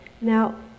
Now